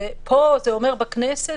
ופה זה בכנסת,